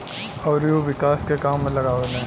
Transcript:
अउरी उ विकास के काम में लगावेले